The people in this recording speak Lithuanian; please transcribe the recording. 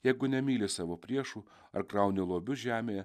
jeigu nemyli savo priešų ar krauni lobius žemėje